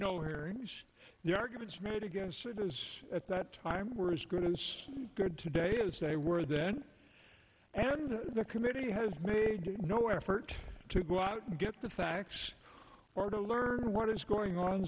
no hearings the arguments made against us at that time were as good as good today as they were then and the committee has made no effort to go out and get the facts or to learn what is going on